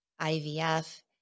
IVF